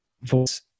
voice